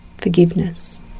forgiveness